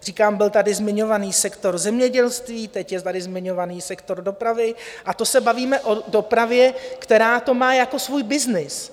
Říkám, byl tady zmiňován sektor zemědělství, teď je tady zmiňován sektor dopravy, a to se bavíme o dopravě, která to má jako svůj byznys.